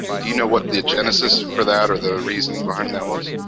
do you know what the genesis for that or the reasoning behind that was?